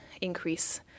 increase